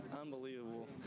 unbelievable